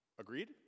Agreed